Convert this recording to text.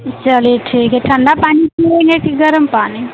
चलिए ठीक है ठंड पानी पीने हैं कि गरम पानी